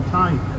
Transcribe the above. time